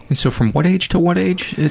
and so, from what age to what age?